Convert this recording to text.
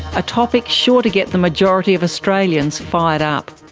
a topic sure to get the majority of australians fired up.